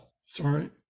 sorry